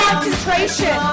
concentration